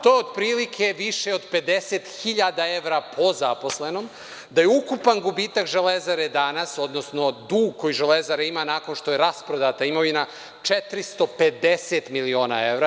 To je otprilike više od 50.000 evra po zaposlenom, da je ukupan gubitak „Železare“ danas, odnosno dug koji „Železara“ ima nakon što je rasprodata imovina 450 miliona evra.